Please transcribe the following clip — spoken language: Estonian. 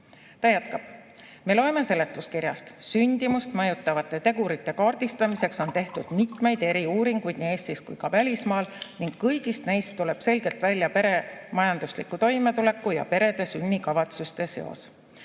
Ta jätkab, et me loeme seletuskirjast: "Sündimust mõjutavate tegurite kaardistamiseks on tehtud mitmeid eriuuringuid nii Eestis kui ka välismaal ning kõigist neist tuleb selgelt välja pere majandusliku toimetuleku ja perede sünnikavatsuste seos.